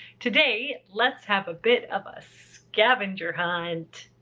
today, let's have a bit of a scavenger hunt!